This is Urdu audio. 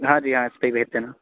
ہاں جی ہاں اس پہ ہی بھیج دینا